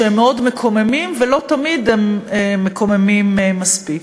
שהם מאוד מקוממים, ולא תמיד הם מקוממים מספיק.